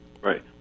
Right